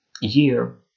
year